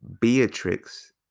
Beatrix